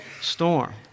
storm